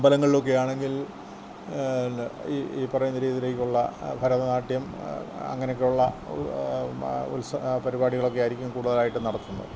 അമ്പലങ്ങളിലൊക്കെ ആണെങ്കിൽ ഈ ഈ പറയുന്ന രീതിയിലേക്കുള്ള ഭാരതനാട്യം അങ്ങനെയൊക്കെയുള്ള ഉത്സ പരിപാടികളൊക്കെ ആയിരിക്കും കൂടുതലായിട്ടും നടത്തുന്നത്